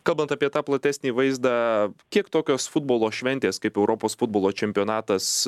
kalbant apie tą platesnį vaizdą kiek tokios futbolo šventės kaip europos futbolo čempionatas